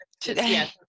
today